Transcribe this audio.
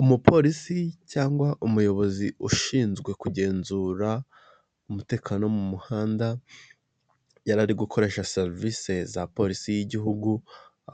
Umupolisi cyangwa umuyobozi ushinzwe kugenzura umutekano wo mu muhanda, yarari gukoresha serivisi za polisi y'igihugu,